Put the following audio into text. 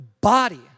body